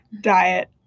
diet